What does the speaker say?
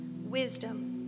wisdom